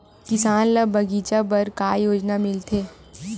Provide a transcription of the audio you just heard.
किसान ल बगीचा बर का योजना मिलथे?